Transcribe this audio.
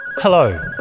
Hello